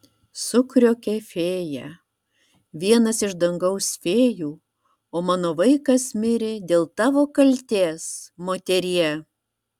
sukriokė fėja vienas iš dangaus fėjų o mano vaikas mirė dėl tavo kaltės moterie